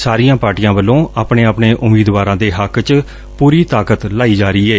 ਸਾਰੀਆਂ ਪਾਰਟੀਆਂ ਵੱਲੋਂ ਆਪਣੇ ਆਪਣੇ ਉਮੀਦਵਾਰਾਂ ਦੇ ਹੱਕ ਚ ਪੂਰੀ ਤਾਕਤ ਲਾਈ ਜਾ ਰਹੀ ਏ